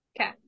Okay